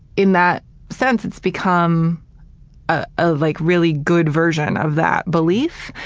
in that sense, it's become a ah like really good version of that belief,